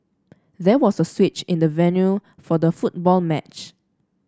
there was a switch in the venue for the football match